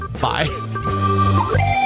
Bye